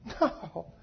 No